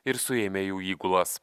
ir suėmė jų įgulas